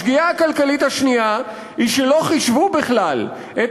השגיאה הכלכלית השנייה היא שלא חישבו בכלל את